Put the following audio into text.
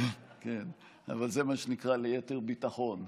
אבל זה מה שנקרא ליתר ביטחון.